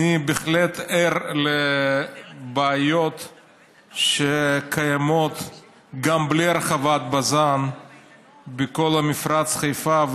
אני בהחלט ער לבעיות שקיימות גם בלי הרחבת בז"ן בכל מפרץ חיפה,